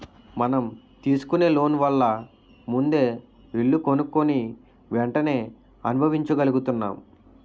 మనం తీసుకునే లోన్ వల్ల ముందే ఇల్లు కొనుక్కుని వెంటనే అనుభవించగలుగుతున్నాం